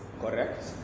Correct